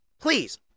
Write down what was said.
please